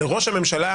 שלראש הממשלה